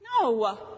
No